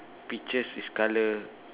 peaches is colour